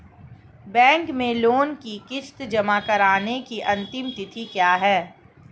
Bank में loan की किश्त जमा कराने की अंतिम तिथि क्या है?